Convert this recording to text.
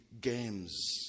games